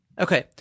Okay